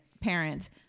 Parents